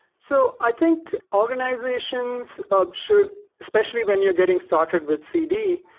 so i think organizations ah should, especially when you're getting started with cd,